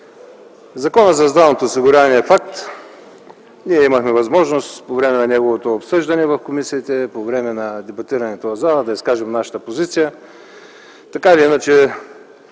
Законът за здравното осигуряване е факт. Ние имахме възможност по време на неговото обсъждане в комисиите, по време на дебатирането в залата да изкажем нашата позиция. Така или иначе